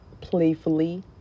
playfully